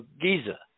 Giza